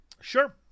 Sure